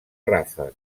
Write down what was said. ràfec